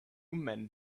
men